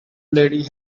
lady